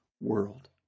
world